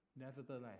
Nevertheless